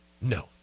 No